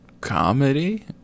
comedy